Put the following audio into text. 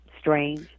strange